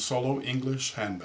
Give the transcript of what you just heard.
solo english and